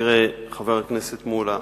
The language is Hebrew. חבר הכנסת מולה,